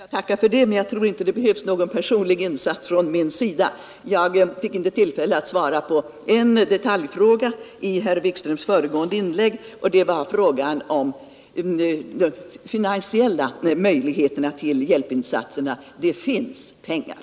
Herr talman! Jag tackar för det, men jag tror inte det behövs någon personlig insats från mig. Jag fick inte tillfälle att svara på en detaljfråga i herr Wikströms föregående inlägg — det var frågan om de finansiella möjligheterna till hjälpinsatser. Det finns pengar.